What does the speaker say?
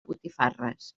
botifarres